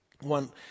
One